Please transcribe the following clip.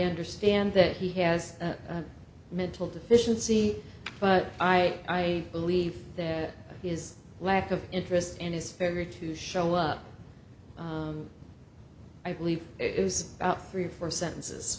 understand that he has a mental deficiency but i believe there is a lack of interest in his failure to show up i believe it was about three or four sentences